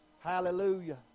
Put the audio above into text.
Hallelujah